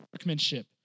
workmanship